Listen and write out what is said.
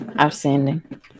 Outstanding